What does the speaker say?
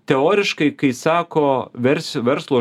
teoriškai kai sako versiu verslo